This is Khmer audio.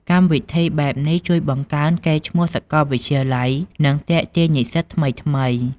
កម្មវិធីបែបនេះជួយបង្កើនកេរ្តិ៍ឈ្មោះសាកលវិទ្យាល័យ និងទាក់ទាញនិស្សិតថ្មីៗ។